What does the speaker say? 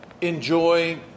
enjoy